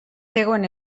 zegoen